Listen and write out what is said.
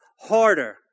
harder